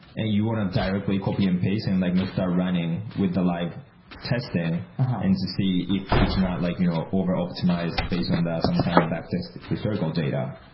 and you want to directly copy and paste and like you know start running with the live testing and to see if it's not like you know over optimize based on some kind of back test historical data.